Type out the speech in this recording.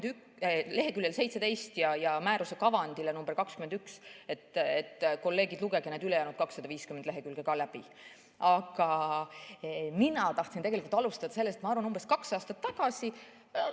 leheküljele 17 ja määruse kavandile nr 21, kolleegid, lugege ülejäänud 250 lehekülge ka läbi. Aga mina tahtsin alustada muust. Ma arvan, et umbes kaks aastat tagasi,